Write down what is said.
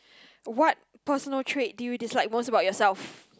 what personal trait do you dislike most about yourself